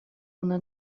una